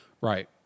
Right